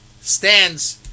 stands